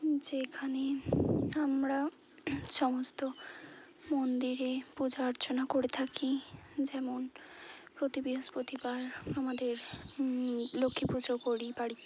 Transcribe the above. যেখানে আমরা সমস্ত মন্দিরে পূজা অর্চনা করে থাকি যেমন প্রতি বৃহস্পতিবার আমাদের লক্ষ্মী পুজো করি বাড়িতে